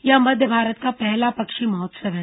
यह मध्य भारत का पहला पक्षी महोत्सव है